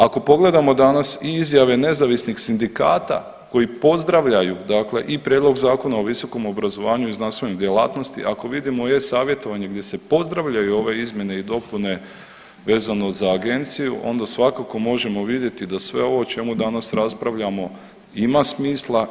Ako pogledamo danas i izjave nezavisnih sindikata koji pozdravljaju, dakle i Prijedlog zakona o visokom obrazovanju i znanstvenoj djelatnosti ako vidimo u e-savjetovanju gdje se pozdravljaju ove izmjene i dopune vezano za agenciju onda svakako možemo vidjeti da sve ovo o čemu danas raspravljamo ima smisla.